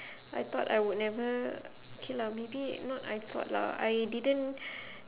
I thought I would never okay lah maybe not I thought lah I didn't